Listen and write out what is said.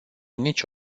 nici